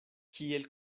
kiel